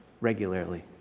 regularly